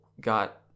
got